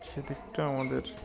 সেদিকটা আমাদের